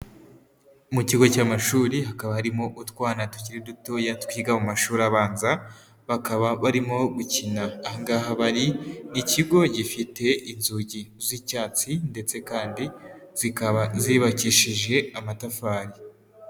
Mu kigo cy'amashuri, hakaba harimo utwana dukiri dutoya twiga mu mashuri abanza, bakaba barimo gukina aha ngaha bari, ikigo gifite inzugi z'icyatsi ndetse kandi zubakishije amatafari.